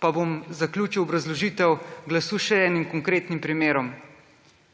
Pa bom zaključil obrazložitev glasu še z enim konkretnim primerom,